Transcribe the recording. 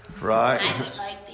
right